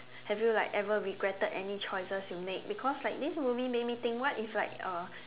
have you like ever regretted any choices you made because like this movie made me think what if like uh